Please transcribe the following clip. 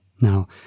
Now